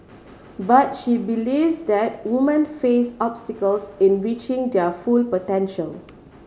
but she believes that woman face obstacles in reaching their full potential